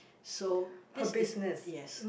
so this is yes